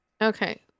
Okay